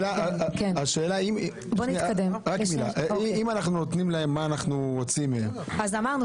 אם אנחנו נותנים להם מה אנחנו רוצים מהם --- אז אמרנו,